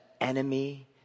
enemy